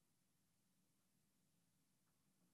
לדוגמה